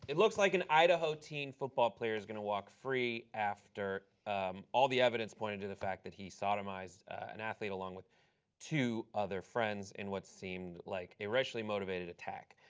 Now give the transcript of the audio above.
it looks like an idaho teen football player is going to walk free after all of the evidence pointed to the fact that he sodomized an athlete along with two other friends and what seemed like a racially motivated attack.